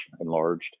enlarged